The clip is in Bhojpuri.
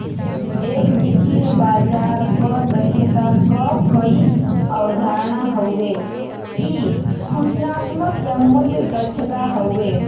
एक वित्तीय बाजार क दक्षता क कई अवधारणा हउवे इ सूचनात्मक या मूल्य दक्षता हउवे